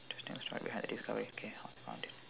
interesting story behind it okay found it